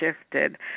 shifted